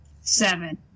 Seven